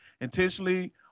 intentionally